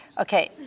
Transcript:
Okay